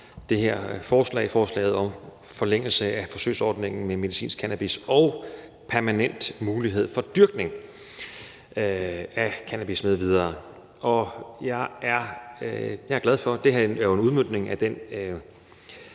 det her forslag om forlængelse af forsøgsordningen med medicinsk cannabis og permanent mulighed for dyrkning af cannabis m.v. Det her er jo en udmøntning af en